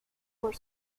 were